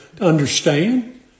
understand